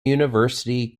university